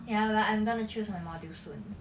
ya but I'm gonna choose my modules soon